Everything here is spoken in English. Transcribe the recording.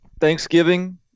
Thanksgiving